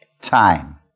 Time